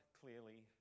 clearly